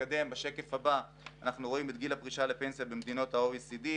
בשקף הבא אנחנו רואים את גיל הפרישה לפנסיה במדינות ה-OECD.